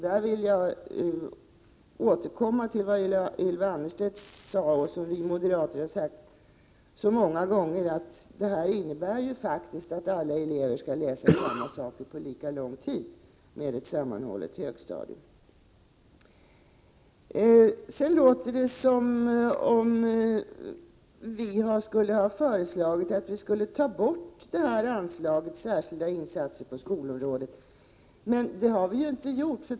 Jag vill återkomma till vad Ylva Annerstedt sade och vi moderater har sagt så många gånger, att ett sammanhållet högstadium innebär att alla elever skall läsa samma sak på lika lång tid. Det låter som om vi skulle ha föreslagit att anslaget för särskilda insatser på skolområdet skulle tas bort, men det har vi inte gjort.